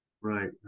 Right